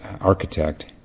architect